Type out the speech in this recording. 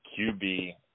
QB